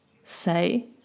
say